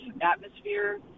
atmosphere